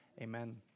Amen